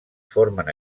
formen